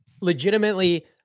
Legitimately